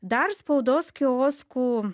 dar spaudos kioskų